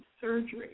surgery